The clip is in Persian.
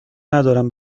ندارم